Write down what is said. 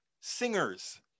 singers